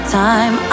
time